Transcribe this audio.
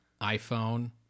iphone